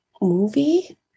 movie